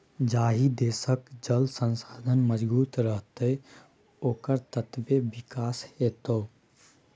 जाहि देशक जल संसाधन मजगूत रहतै ओकर ततबे विकास हेतै